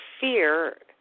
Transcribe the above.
fear